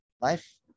Life